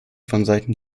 vonseiten